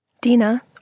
Dina